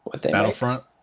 Battlefront